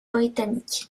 britannique